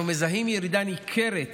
אנחנו מזהים ירידה ניכרת